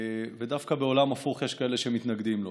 ודווקא בעולם הפוך יש כאלה שמתנגדים לו.